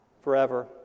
Forever